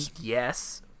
yes